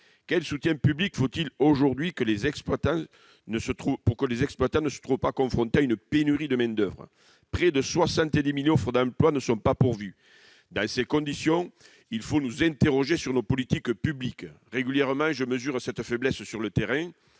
Quel soutien public faut-il aujourd'hui pour que les exploitants ne se retrouvent pas confrontés à une pénurie de main-d'oeuvre ? Près de 70 000 offres d'emploi ne sont pas pourvues. Dans ces conditions, il faut nous interroger sur nos politiques publiques. Je mesure régulièrement cette faiblesse sur le terrain